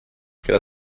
keda